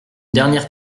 dernière